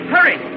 Hurry